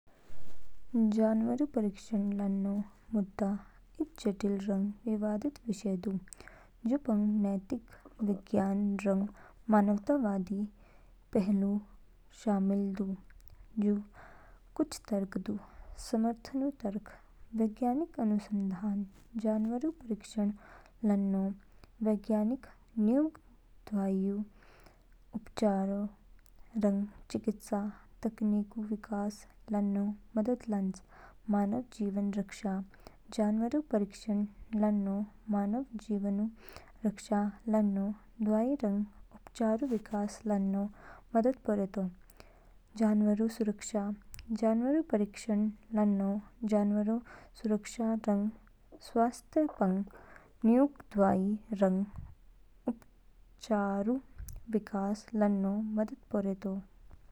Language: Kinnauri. जानवरऊ परीक्षण लानो मुद्दा इद जटिल रंग विवादित विषय दू। जू पंग नैतिक, वैज्ञानिक रंग मानवतावादी पहलू शामिल दू। जू कुछ तर्क दू। समर्थनऊ तर्क। वैज्ञानिक अनुसंधान जानवरऊ परीक्षण लानो। वैज्ञानिकऊ नयूग दवाई, उपचारों रंग चिकित्सा तकनीकऊ विकास लानो मदद लान्च। मानव जीवन रक्षा जानवरऊ परीक्षण लानो मानव जीवनऊ रक्षा लानो दवाई रंग उपचारऊ विकास लानो मदद परेतो। जानवरऊ सुरक्षा जानवरऊ परीक्षण लानो जानवरऊ सुरक्षा रंग स्वास्थ्य पंग न्यूग दवाई रंग उपचारऊ विकास लानो मदद परेतो।